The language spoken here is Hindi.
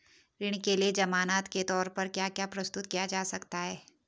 ऋण के लिए ज़मानात के तोर पर क्या क्या प्रस्तुत किया जा सकता है?